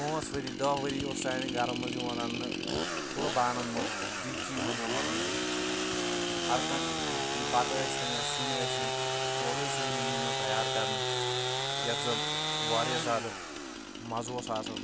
پانٛژھ وٕری دٕہ وٕری اوس سانٮ۪ن گَرَن منٛز یِوان رَننہٕ کُھلہٕ بانَن منٛز دیٖگچہٕ یِمَن زَن وَنان ٲسۍ ہَر کانٛہہ بَتہٕ ٲستَن یا سِیُن ٲسِن سورُے اوس یِوان یِمنے منٛز تَیار کَرنہٕ یَتھ زَن واریاہ زیادٕ مَزٕ اوس آسان